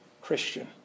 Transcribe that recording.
Christian